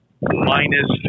minus